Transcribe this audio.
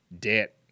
debt